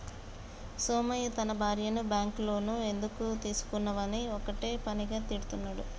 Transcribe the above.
సోమయ్య తన భార్యను bank loan ఎందుకు తీసుకున్నవని ఒక్కటే పనిగా తిడుతున్నడు